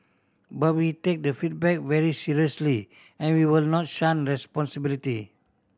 but we take the feedback very seriously and we will not shun responsibility